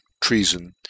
treason